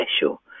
special